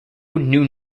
new